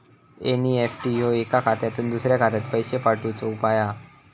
NEFT ह्यो एका खात्यातुन दुसऱ्या खात्यात पैशे पाठवुचो उपाय हा